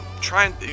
trying